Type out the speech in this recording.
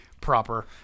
proper